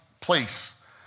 place